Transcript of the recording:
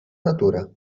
natura